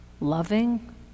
loving